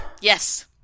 Yes